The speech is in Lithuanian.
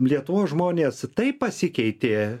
lietuvos žmonės taip pasikeitė